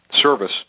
service